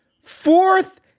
Fourth